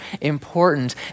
important